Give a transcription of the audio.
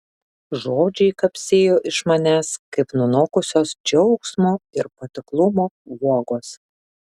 žodžiai kapsėjo iš manęs kaip nunokusios džiaugsmo ir patiklumo uogos